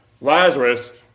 Lazarus